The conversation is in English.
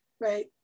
right